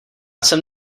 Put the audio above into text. jsem